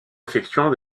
effectuant